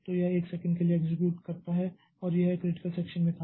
तो यह 1 सेकंड के लिए एक्सेक्यूट करता है और यह क्रिटिकल सेक्षन में था